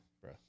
Bro